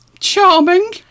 Charming